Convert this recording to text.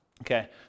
Okay